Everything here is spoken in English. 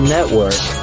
Network